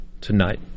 tonight